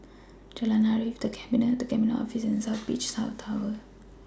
Jalan Arif The Cabinet and Cabinet Office and South Beach South Tower